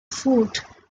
foote